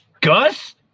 Gus